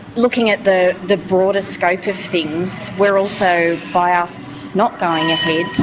looking at the the broader scope of things we're also, by us not going ahead,